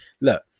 Look